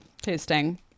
tasting